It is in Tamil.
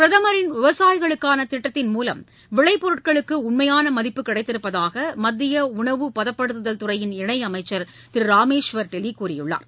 பிரதமரின் விவசாயிகளுக்கான திட்டத்தின் மூலம் விளைப்பொருட்களுக்கு உண்மையான மதிப்பு கிடைத்திருப்பதாக மத்திய உணவுப்பதப்படுத்துதல் துறையின் இணையமைச்சர் திரு ராமேஸ்வர் டெலி கூறியுள்ளார்